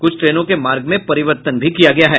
कुछ ट्रेनों के मार्ग में परिवर्तन किया गया है